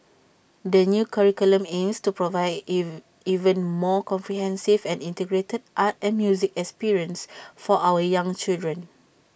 the new curriculum aims to provide an even more comprehensive and integrated art and music experience for our young children